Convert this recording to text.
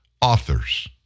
authors